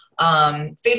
Facebook